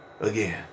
again